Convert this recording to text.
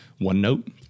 OneNote